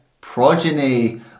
progeny